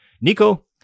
Nico